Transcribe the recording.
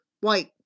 white